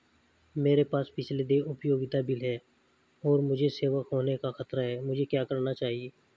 मेरे पास पिछले देय उपयोगिता बिल हैं और मुझे सेवा खोने का खतरा है मुझे क्या करना चाहिए?